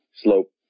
slope